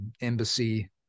embassy